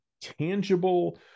tangible